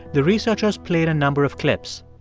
the researchers played a number of clips.